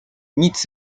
nic